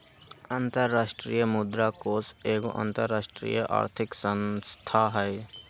अंतरराष्ट्रीय मुद्रा कोष एगो अंतरराष्ट्रीय आर्थिक संस्था हइ